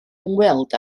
ymweld